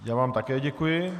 Já vám také děkuji.